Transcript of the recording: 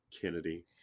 Kennedy